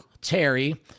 Terry